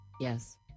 Yes